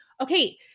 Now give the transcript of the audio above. Okay